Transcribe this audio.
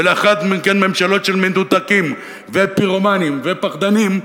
ולאחר מכן ממשלות של מנותקים ופירומנים ופחדנים,